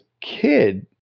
kid